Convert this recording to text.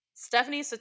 Stephanie